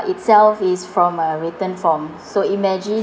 itself is from a written form so imagine